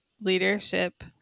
leadership